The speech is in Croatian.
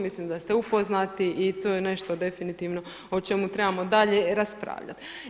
Mislim da ste upoznati i to je nešto definitivno o čemu trebamo dalje raspravljati.